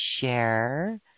share